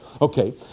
Okay